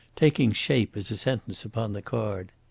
taking shape as a sentence upon the card.